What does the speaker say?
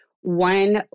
one